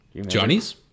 Johnny's